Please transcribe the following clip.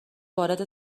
وارد